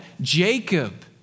Jacob